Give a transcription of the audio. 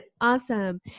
Awesome